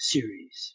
Series